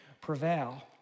prevail